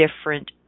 different